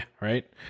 Right